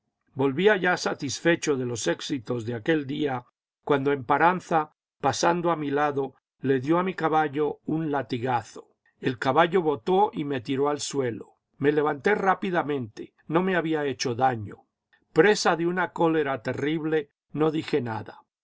ya satisfecho de los éxitos de aquel día cuando emparanza pasando a mi lado le dio a mi caballo un latigazo el caballo botó y me tiró al suelo me levanté rápidamente no me había hecho daño presa de una cólera terrible no dije nada